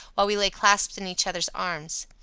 while we lay clasped in each other's arms.